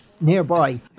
nearby